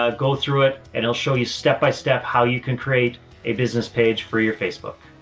ah go through it and it'll show you step by step how you can create a business page for your facebook.